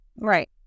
Right